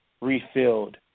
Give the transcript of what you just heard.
refilled